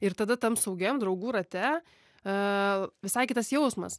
ir tada tam saugiam draugų rate a visai kitas jausmas